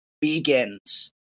begins